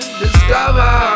discover